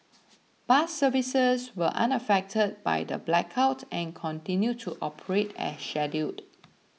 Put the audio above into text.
bus services were unaffected by the blackout and continued to operate as scheduled